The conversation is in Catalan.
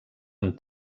amb